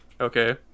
Okay